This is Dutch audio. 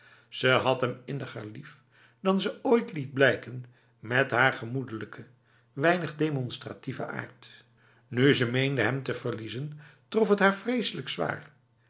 ze had hem inniger lief dan ze ooit liet blijken met haar gemoedelijke weinig demonstratieve aard nu ze meende hem te verliezen trof het haar vreselijk zwaar